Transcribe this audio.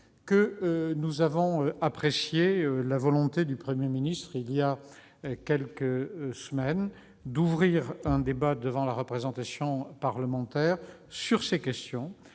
! Nous avons apprécié la volonté du Premier ministre il y a quelques semaines d'ouvrir un débat devant la représentation parlementaire sur ces questions.